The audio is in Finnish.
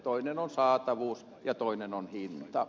toinen on saatavuus ja toinen on hinta